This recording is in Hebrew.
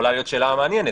יכולה להיות שאלה מעניינת,